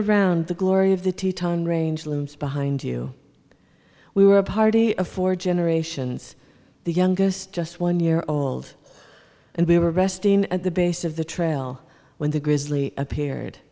around the glory of the teton range looms behind you we were a party of four generations the youngest just one year old and we were resting at the base of the trail when the grizzly appeared